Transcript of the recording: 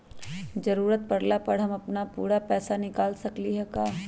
जरूरत परला पर हम अपन पूरा पैसा निकाल सकली ह का?